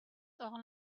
all